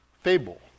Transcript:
fable